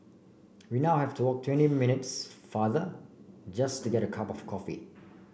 we now have to walk twenty minutes farther just to get cup of coffee